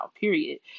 period